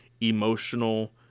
emotional